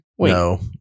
No